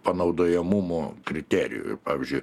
panaudojamumo kriterijų pavyzdžiui